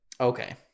Okay